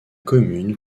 commune